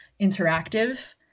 interactive